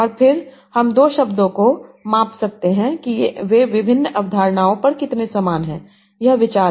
और फिर हमदो शब्दों को माप सकते हैं कि वे विभिन्न अवधारणाओं पर कितने समान हैं यह विचार है